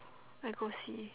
I go see